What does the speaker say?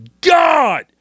God